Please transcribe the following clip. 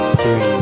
three